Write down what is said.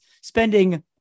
spending